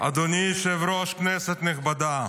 אדוני היושב-ראש, כנסת נכבדה,